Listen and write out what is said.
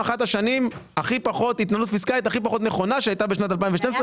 אחת השנים הכי פחות עם התנהלות פיסקלית הכי פחות נכונה שהיה ב-2012.